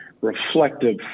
reflective